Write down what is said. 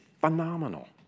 phenomenal